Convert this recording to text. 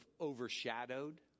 overshadowed